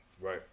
Right